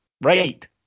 right